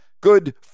Good